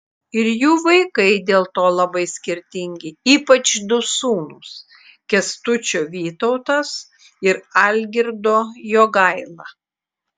ir jų vaikai dėl to labai skirtingi ypač du sūnūs kęstučio vytautas ir algirdo jogaila